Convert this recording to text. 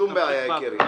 אין שון בעיה, יקירי.